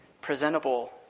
presentable